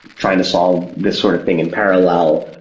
trying to solve this sort of thing in parallel,